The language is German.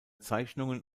zeichnungen